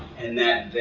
and that,